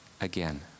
again